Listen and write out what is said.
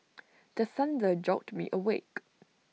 the thunder jolt me awake